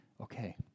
okay